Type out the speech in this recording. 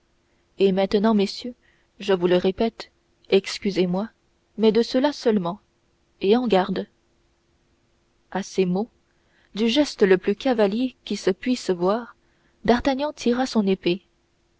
et maintenant messieurs je vous le répète excusez-moi mais de cela seulement et en garde à ces mots du geste le plus cavalier qui se puisse voir d'artagnan tira son épée